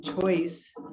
choice